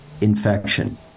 infection